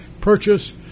purchase